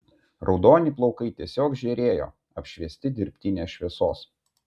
raudoni plaukai tiesiog žėrėjo apšviesti dirbtinės šviesos